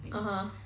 (uh huh)